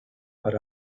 but